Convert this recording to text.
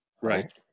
right